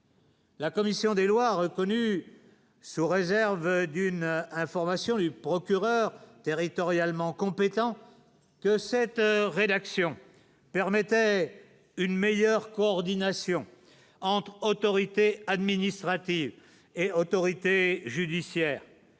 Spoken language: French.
La commission des lois reconnu se réserve d'une information du procureur territorialement compétent. Cette rédaction, permettant une meilleure coordination entre autorités administratives et autorité judiciaire